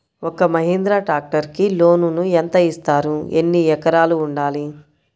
ఒక్క మహీంద్రా ట్రాక్టర్కి లోనును యెంత ఇస్తారు? ఎన్ని ఎకరాలు ఉండాలి?